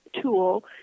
tool